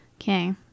Okay